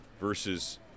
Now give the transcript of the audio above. versus